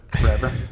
forever